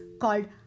called